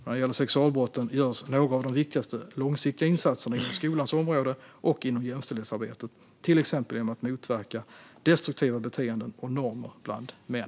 När det gäller sexualbrotten görs några av de viktigaste långsiktiga insatserna inom skolans område och inom jämställdhetsarbetet, till exempel genom att motverka destruktiva beteenden och normer bland män.